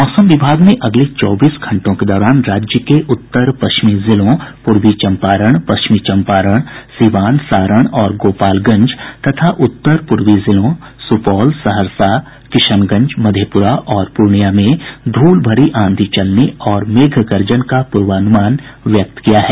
मौसम विभाग ने अगले चौबीस घंटों के दौरान राज्य के उत्तर पश्चिमी जिलों पूर्वी चम्पारण पश्चिमी चम्पारण सीवान सारण और गोपालगंज तथा उत्तर पूर्वी जिलों सुपौल सहरसा किशनगंज मधेपुरा और पूर्णियां में धूलभरी आंधी चलने और मेघ गर्जन का पूर्वानुमान व्यक्त किया है